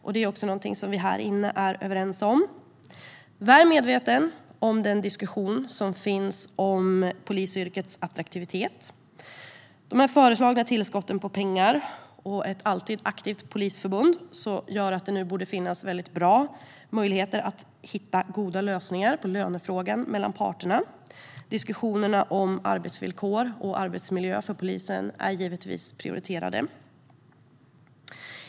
Det är också något som vi i den här salen är överens om, och vi är väl medvetna om den diskussion som råder om polisyrkets attraktivitet. De föreslagna tillskotten av pengar, och ett alltid aktivt polisförbund, gör att det nu borde finnas bra möjligheter att hitta goda lösningar på lönefrågan för parterna. Diskussionerna om arbetsvillkor och arbetsmiljö för poliser är givetvis prioriterade.